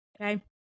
okay